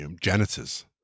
janitors